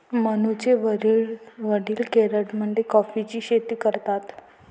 मनूचे वडील केरळमध्ये कॉफीची शेती करतात